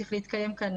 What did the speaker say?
צריך להתקיים כאן